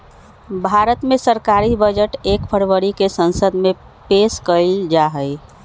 भारत मे सरकारी बजट एक फरवरी के संसद मे पेश कइल जाहई